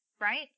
right